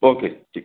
okay ठीक